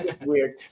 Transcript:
weird